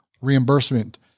reimbursement